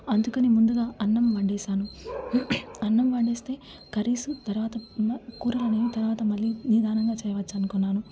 అందుకని ముందుగా అన్నం వండేసాను అన్నం వండేస్తే కర్రీసు తర్వాత ఉన్న కూరలు అనేవి తర్వాత మళ్ళీ నిదానంగా చేయవచ్చనుకున్నాను